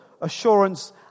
assurance